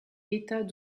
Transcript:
état